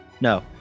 no